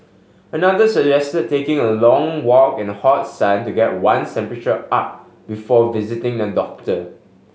another suggested taking a long walk in the hot sun to get one's temperature up before visiting the doctor